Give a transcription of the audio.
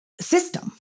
system